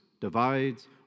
divides